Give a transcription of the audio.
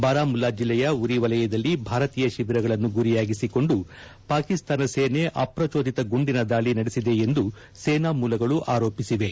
ಬಾರಾಮುಲ್ಲಾ ಜಿಲ್ಲೆಯ ಉರಿ ವಲಯದಲ್ಲಿ ಭಾರತೀಯ ಶಿಬಿರಗಳನ್ನು ಗುರಿಯಾಗಿಸಿಕೊಂಡು ಪಾಕಿಸ್ತಾನ ಸೇನೆ ಅಪ್ರಚೋದಿತ ಗುಂಡಿನ ದಾಳಿ ನಡೆಸಿದೆ ಎಂದು ಸೇನಾ ಮೂಲಗಳು ಆರೋಪಿಸಿವೆ